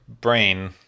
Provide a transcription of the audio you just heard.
brain